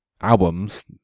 albums